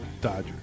Dodgers